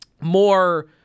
more